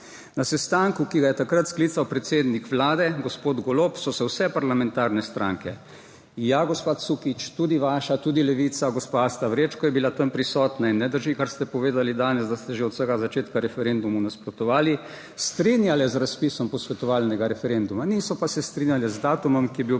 Na sestanku, ki ga je takrat sklical predsednik vlade gospod Golob, so se vse parlamentarne stranke ja, gospa Sukič, tudi vaša tudi, Levica, gospa Asta Vrečko, je bila tam prisotna in ne drži, kar ste povedali danes, da ste že od vsega začetka referendumu nasprotovali, strinjali z razpisom posvetovalnega referenduma, niso pa se strinjali z datumom, ki je bil predlagan